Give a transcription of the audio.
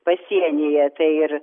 pasienyje tai ir